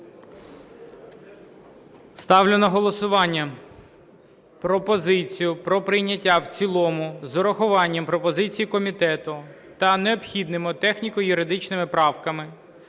Ставлю на голосування пропозицію про прийняття в цілому з урахуванням пропозицій комітету та необхідними техніко-юридичними правками